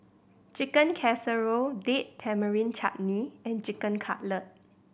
Chicken Casserole Date Tamarind Chutney and Chicken Cutlet